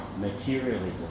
materialism